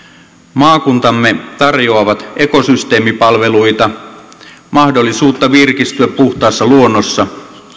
maakuntamme tarjoavat ekosysteemipalveluita mahdollisuutta virkistyä puhtaassa luonnossa